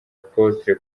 apotre